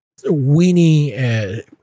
weenie –